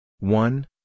One